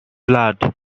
blood